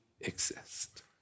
exist